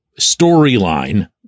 storyline